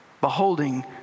beholding